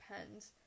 depends